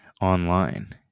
online